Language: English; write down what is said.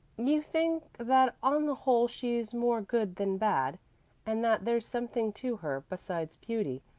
you think that on the whole she's more good than bad and that there's something to her, besides beauty.